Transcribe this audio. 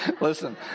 Listen